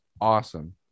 awesome